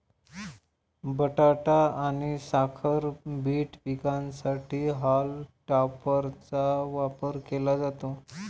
बटाटा आणि साखर बीट पिकांसाठी हॉल टॉपरचा वापर केला जातो